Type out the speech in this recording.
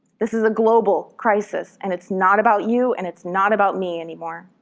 this is a global crisis and it's not about you and it's not about me anymore.